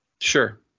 Sure